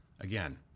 Again